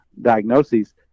diagnoses